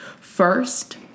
first